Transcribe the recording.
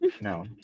No